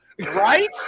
Right